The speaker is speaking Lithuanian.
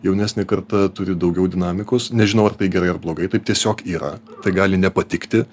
jaunesnė karta turi daugiau dinamikos nežinau ar tai gerai ar blogai taip tiesiog yra tai gali nepatikti